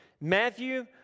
Matthew